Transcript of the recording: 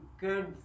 good